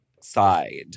side